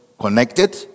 Connected